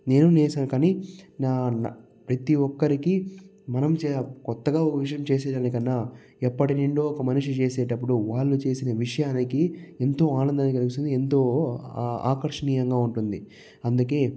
నేను నేసాను కానీ నా ప్రతి ఒక్కరికి మనం కొత్తగా ఒక విషయం చేసేదానికన్నా ఎప్పటినుండో ఒక మనిషి చేసేటప్పుడు వాళ్ళు చేసిన విషయానికి ఎంతో ఆనందాన్ని కలిగిస్తుంది ఎంతో ఆకర్షణీయంగా ఉంటుంది అందుకే